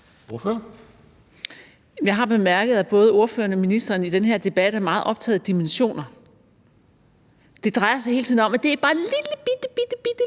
(DF): Jeg har bemærket, at både ordføreren og ministeren i den her debat er meget optaget af dimensioner. Det drejer sig hele tiden om, at det bare »er en lillebitte, bittelille